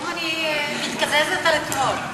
היום אני מתקזזת על אתמול.